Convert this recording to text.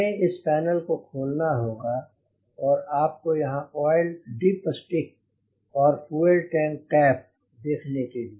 हमें इस पैनल को खोलना होगा आपको यहाँ पर आयल डिप स्टिक और फ्यूल टैंक कैप देखने के लिए